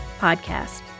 podcast